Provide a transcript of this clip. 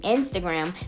Instagram